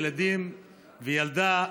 ילדים וילדה,